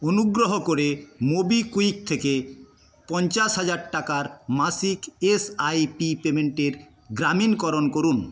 অনুগ্রহ করে মোবিকুইক থেকে পঞ্চাশ হাজার টাকার মাসিক এসআইপি পেমেন্টের গ্রামীণকরণ করুন